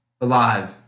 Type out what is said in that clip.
alive